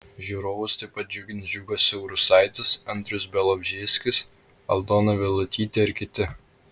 žiūrovus taip pat džiugins džiugas siaurusaitis andrius bialobžeskis aldona vilutytė ir kiti